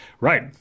Right